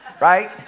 right